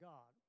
God